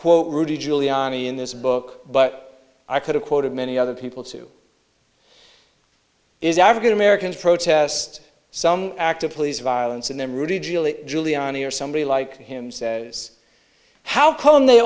quote rudy giuliani in this book but i could have quoted many other people too is african americans protest some active police violence and then rudy giuliani or somebody like him says how come they